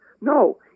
No